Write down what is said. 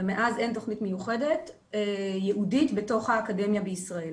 ומאז אין תוכנית מיוחדת ייעודית בתוך האקדמיה בישראל.